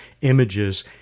images